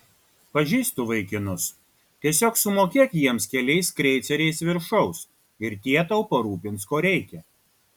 pažįstu vaikinus tiesiog sumokėk jiems keliais kreiceriais viršaus ir tie tau parūpins ko reikia